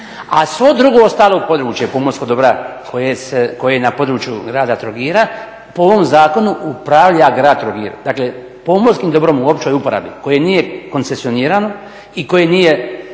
A svo drugo ostalo područje pomorskog dobra koje je na području grada Trogira po ovom zakonu upravlja grad Trogir. Dakle pomorskim dobrom u općoj uporabi koje nije koncesionirano i koje nije